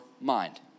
mind